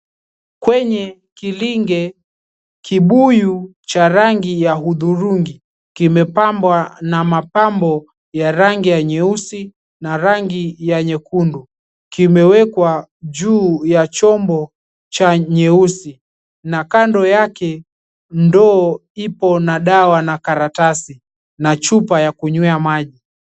Kwenye kilinge kibuyu cha rangi ya hudhurungi kimepambwa na mapambo ya rangi nyeusi na rangi nyekundu kimewekwa juu ya chombo cheusi na kando yake ndoo ipo na dawa na karatasi na chupa ya maji.